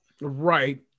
right